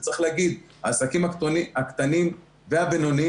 וצריך להגיד: העסקים הקטנים והבינוניים,